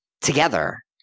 together